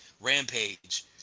Rampage